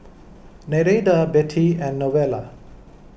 Nereida Bettie and Novella